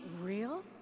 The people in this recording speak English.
real